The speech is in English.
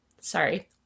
Sorry